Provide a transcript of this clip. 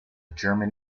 german